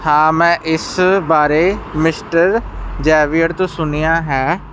ਹਾਂ ਮੈਂ ਇਸ ਬਾਰੇ ਮਿਸਟਰ ਜ਼ੇਵੀਅਰ ਤੋਂ ਸੁਣਿਆ ਹੈ